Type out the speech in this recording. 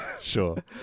Sure